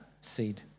seed